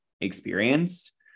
experienced